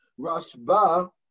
Rashba